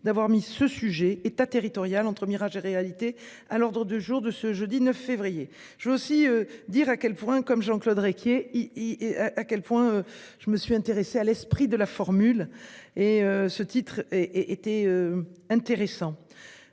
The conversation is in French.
d'avoir mis ce sujet État territorial entre mirage et réalité. À l'ordre du jour de ce jeudi 9 février. Je veux aussi dire à quel point com Jean-Claude Requier. Il y est à quel point je me suis intéressé à l'esprit de la formule et ce titre est était. Intéressant.